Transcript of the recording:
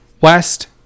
West